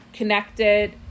connected